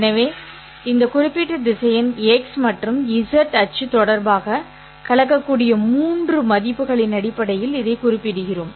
எனவே இந்த குறிப்பிட்ட திசையன் x மற்றும் z அச்சு தொடர்பாக கலக்கக்கூடிய மூன்று மதிப்புகளின் அடிப்படையில் இதைக் குறிப்பிடுகிறோம்